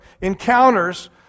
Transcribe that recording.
encounters